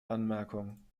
anmerkung